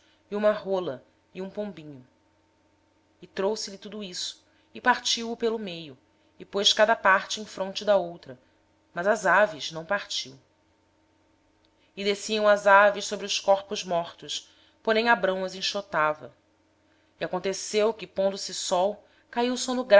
anos uma rola e um pombinho ele pois lhe trouxe todos estes animais partiu os pelo meio e pôs cada parte deles em frente da outra mas as aves não partiu e as aves de rapina desciam sobre os cadáveres abrão porém as enxotava ora ao pôr do sol caiu um